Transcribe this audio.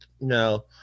No